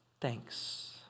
thanks